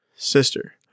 Sister